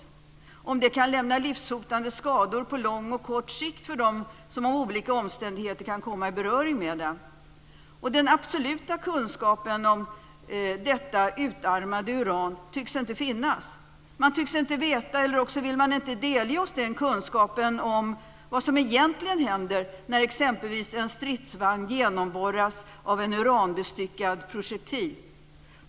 Frågan är om det kan ge livshotande skador på lång och på kort sikt på dem som genom olika omständigheter kan komma i beröring med det. Någon absolut kunskap om detta utarmade uran tycks inte finnas. Man tycks inte veta eller också vill man inte delge oss kunskap om vad som egentligen händer när exempelvis en stridsvagn genomborras av en uranbestyckad projektil.